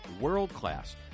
world-class